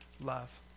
love